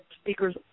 speakers